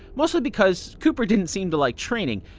mostly because cooper didn't seem to like training.